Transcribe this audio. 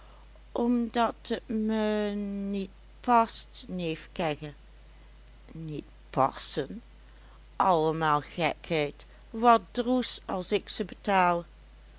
omdat het me niet past neef kegge niet passen allemaal gekheid wat droes als ik ze betaal